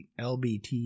lbt